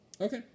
Okay